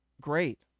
Great